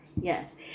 Yes